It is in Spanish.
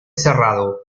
cerrado